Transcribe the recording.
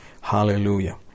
Hallelujah